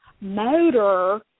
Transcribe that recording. motor